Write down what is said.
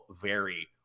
vary